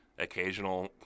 occasional